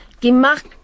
gemacht